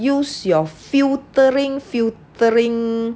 use your filtering filtering